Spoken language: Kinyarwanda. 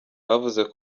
bavuze